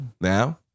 Now